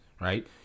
right